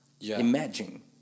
Imagine